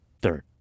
third